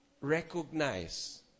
recognize